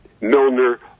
Milner